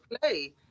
play